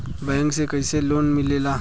Bank से कइसे loan मिलेला?